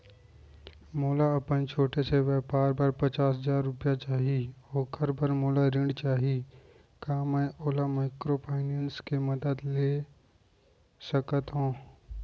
मोला अपन छोटे से व्यापार बर पचास हजार रुपिया चाही ओखर बर मोला ऋण चाही का मैं ओला माइक्रोफाइनेंस के मदद से ले सकत हो?